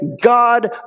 God